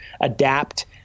adapt